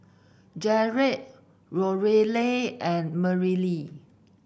Jarod Lorelei and Merrilee